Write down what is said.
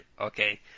Okay